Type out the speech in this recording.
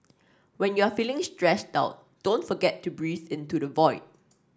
when you are feeling stressed out don't forget to breathe into the void